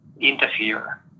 interfere